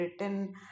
written